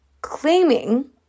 claiming